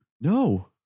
No